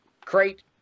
crate